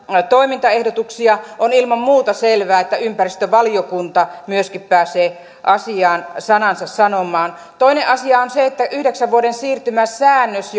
toimintaehdotuksia on ilman muuta selvää että ympäristövaliokunta myöskin pääsee asiaan sanansa sanomaan toinen asia on se että yhdeksän vuoden siirtymäsäännöksen